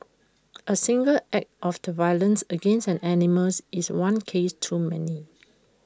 A single act of the violence against an animals is one case too many